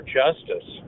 justice